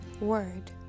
word